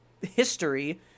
history